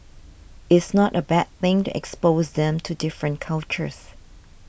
it's not a bad thing to expose them to different cultures